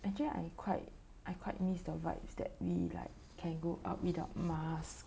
actually I quite I quite miss the vibes is that we like can go up without mask